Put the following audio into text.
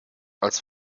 als